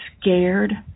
scared